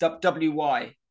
W-Y